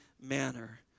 manner